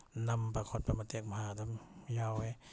ꯅꯝꯕ ꯈꯣꯠꯄ ꯃꯇꯦꯛ ꯃꯍꯥ ꯑꯗꯨꯝ ꯌꯥꯎꯋꯤ